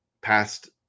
past